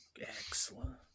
excellent